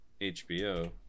HBO